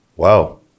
Wow